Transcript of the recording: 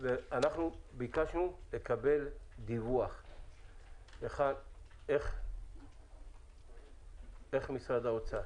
אנחנו ביקשנו לקבל דיווח איך משרד האוצר